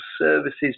services